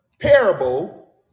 parable